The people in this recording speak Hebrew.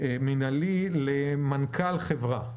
מינהלי למנכ"ל חברה,